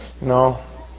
No